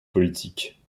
politique